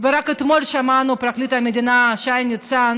רק אתמול שמענו את פרקליט המדינה שי ניצן